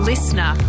Listener